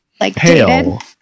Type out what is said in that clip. pale